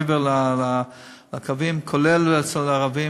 מעבר לקווים, כולל אצל הערבים,